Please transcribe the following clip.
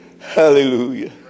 Hallelujah